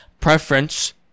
Preference